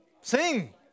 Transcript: Sing